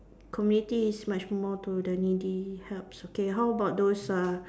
community is much more to the needy help okay how about those uh